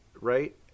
right